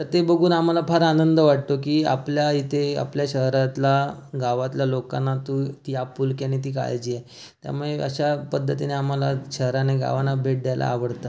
तर ते बघून आम्हाला फार आनंद वाटतो की आपल्या इथे आपल्या शहरातला गावातल्या लोकांना तू ती आपुलकी आणि ती काळजी आहे त्यामुळे अशा पद्धतीने आम्हाला शहरांना गावांना भेट द्यायला आवडतं